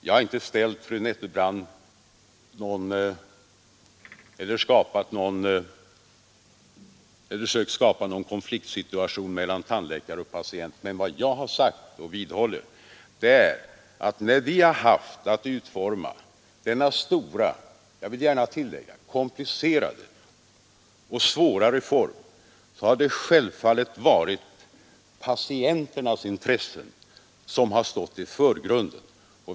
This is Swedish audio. Jag har inte, fru Nettelbrandt, sökt skapa någon konfliktsituation mellan tandläkare och patienter, men vad jag har sagt och vidhåller är att när vi har haft att utforma denna stora och, vill jag gärna tillägga, komplicerade reform, har det självfallet varit patienternas intressen som har stått i förgrunden.